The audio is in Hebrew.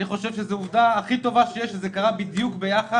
אני חושב שהעובדה הכי טובה שיש היא שזה קרה בדיוק ביחד,